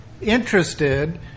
interested